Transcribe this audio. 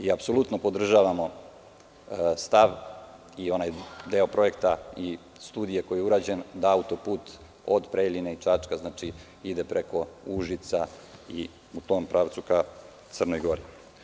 Apsolutno podržavamo stav i onaj deo projekta i studije koja je urađena da autoput od Preljine i Čačka ide preko Užica i u tom pravcu ka Crnoj Gori.